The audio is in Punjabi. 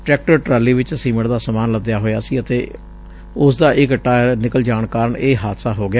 ਟਰੈਕਟਰ ਟਰਾਲੀ ਵਿਚ ਸੀਮਿੰਟ ਦਾ ਸਾਮਾਨ ਲੱਦਿਆ ਹੋਇਆ ਸੀ ਅਤੇ ਉਸਦਾ ਇਕ ਟਾਇਰ ਨਿਕਲ ਜਾਣ ਕਾਰਨ ਇਹ ਹਾਦਸਾ ਹੋ ਗਿਆ